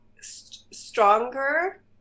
stronger